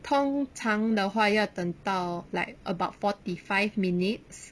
通常的话要等到 like about forty five minutes